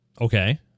Okay